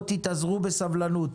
אז תתאזרו בסבלנות.